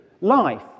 life